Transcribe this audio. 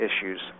issues